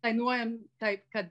dainuojam taip kad